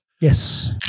Yes